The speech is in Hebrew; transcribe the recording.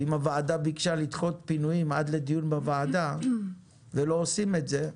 אם הוועדה ביקשה לדחות פינויים עד לדיון בוועדה ולא עושים את זה,